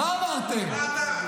מה אמרתם?